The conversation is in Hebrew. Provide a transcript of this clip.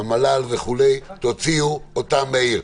המל"ל וכו' להוציא אותם מהעיר.